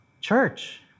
church